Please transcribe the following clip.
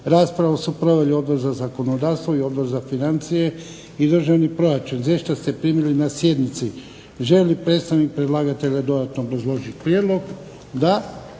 Raspravu su proveli Odbor za zakonodavstvo i Odbor za financije i državni proračun. Izvješća ste primili na sjednici. Želi li predstavnik predlagatelja dodatno obrazložiti prijedlog? Da.